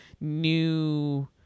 new